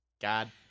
God